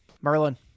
Merlin